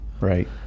Right